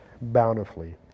bountifully